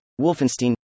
Wolfenstein